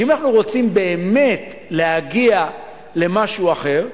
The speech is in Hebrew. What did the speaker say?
שאם אנחנו רוצים באמת להגיע למשהו אחר,